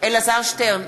אלעזר שטרן,